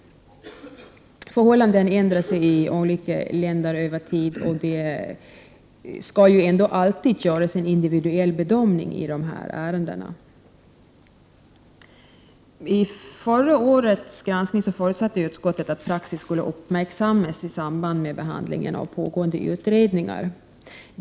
Förhållandena förändras i olika länder över tiden, och det skall ju alltid göras en individuell bedömning av dessa ärenden. Vid förra årets granskning förutsatte utskottet att praxis skulle uppmärksammas i samband med behandlingen av pågående utredningar.